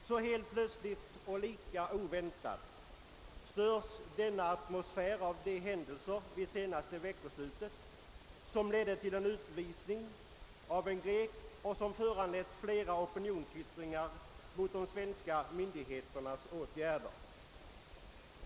Så helt plötsligt och lika oväntat störs denna atmosfär av de händelser vid senaste veckoslutet som ledde till en utvisning av en grek och som föranlett flera opinionsyttringar mot de svenska gärder.